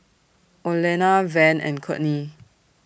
Olena Van and Courtney